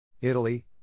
Italy